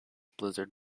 blizzard